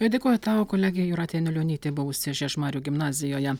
dėkoju tau kolegė jūratė anilionytė buvusi žiežmarių gimnazijoje